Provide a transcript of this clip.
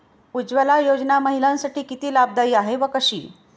उज्ज्वला योजना महिलांसाठी किती लाभदायी आहे व कशी?